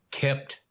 kept